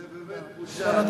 זה באמת בושה,